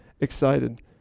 excited